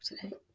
today